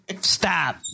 Stop